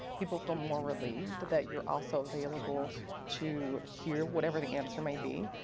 people feel more relieved that you're also available to hear whatever the answer might be.